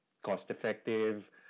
cost-effective